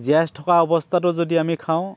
জীয়াই থকা অৱস্থাতো যদি আমি খাওঁ